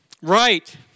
right